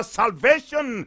salvation